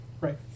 Right